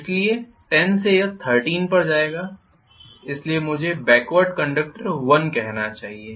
इसलिए 10 से यह 13 पर जाएगा इसलिए मुझे बेकवार्ड कंडक्टर 1 कहना चाहिए